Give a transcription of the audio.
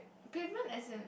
pavement as in